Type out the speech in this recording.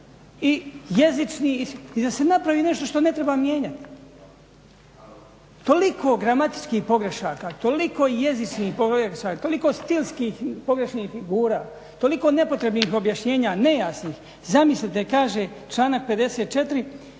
i jezični i da se napravi nešto što ne treba mijenjati. Toliko gramatičkih pogrešaka, toliko jezičnih pogrešaka, toliko stilskih pogrešnih figura, toliko nepotrebnih objašnjenja, nejasnih. Zamislite kaže članak 54.za